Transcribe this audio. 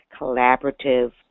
collaborative